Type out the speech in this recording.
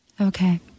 okay